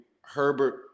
Herbert